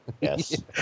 Yes